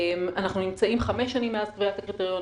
אנחנו נמצאים חמש שנים מאז קביעת הקריטריונים,